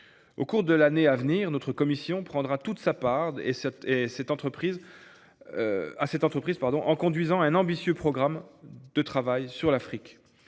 Au cours de l’année à venir, notre commission prendra toute sa part à cette entreprise, en conduisant un ambitieux programme de travail sur l’Afrique.